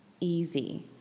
easy